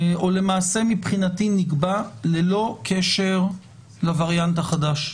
או למעשה מבחינתי נקבע, ללא קשר לווריאנט החדש.